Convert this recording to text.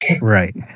Right